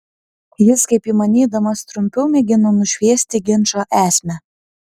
jis kaip įmanydamas trumpiau mėgino nušviesti ginčo esmę